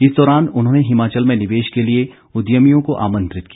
इस दौरान उन्होंने हिमाचल में निवेश के लिए उद्यमियों को आमंत्रित किया